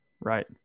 Right